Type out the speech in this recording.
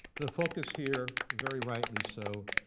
the focus here, very rightly so,